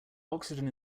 oxygen